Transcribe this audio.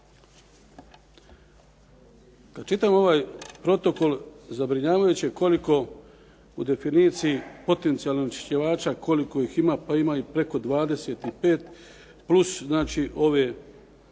Kad čitam ovaj protokol zabrinjavajuće je koliko u definiciji potencijalnog onečišćivača koliko ih ima. Pa ima ih preko 25 plus znači ove